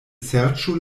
serĉu